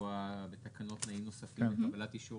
לקבוע בתקנות תנאים נוספים לקבלת אישור